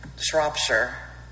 Shropshire